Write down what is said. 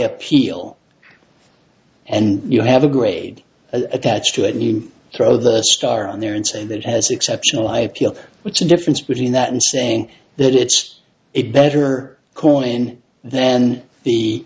appeal and you have a grade attached to it and you throw the star on there and say that has exceptional high appeal which the difference between that and saying that it's a better coin than the